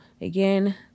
again